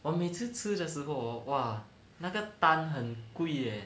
我每次吃的时候 hor 那个单很贵 leh